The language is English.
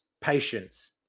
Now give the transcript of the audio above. patience